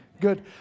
Good